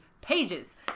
Pages